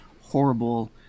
horrible